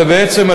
ובעצם,